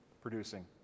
producing